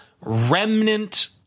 remnant